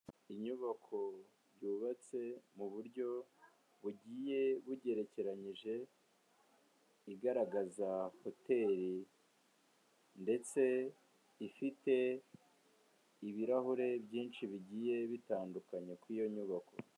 Inyubako yubatse mu buryo bugiye bugerekeranyije, igaragaza hoteli ndetse ifite ibirahure byinshi bigiye bitandukanye kuriyo nyubako.